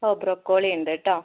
ഓ broccoli ഉണ്ട് കേട്ടോ